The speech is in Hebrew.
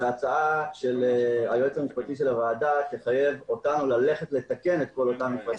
הצעה של היועץ המשפטי לוועדה תחייב אותנו ללכת לקיים את כל אותם מפרטים.